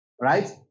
right